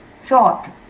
thought